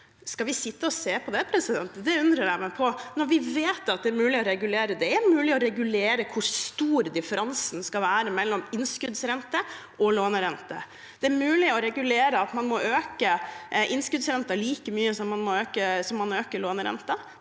Skal vi sitte og se på det? Det undrer jeg meg over når vi vet at det er mulig å regulere. Det er mulig å regulere hvor stor differansen skal være mellom innskuddsrente og lånerente. Det er mulig å regulere at man må øke innskuddsrenten like mye som man øker lånerenten.